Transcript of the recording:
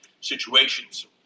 situations